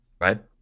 right